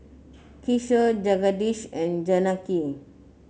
Kishore Jagadish and Janaki